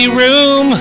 room